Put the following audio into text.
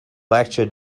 lectured